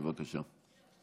בבקשה.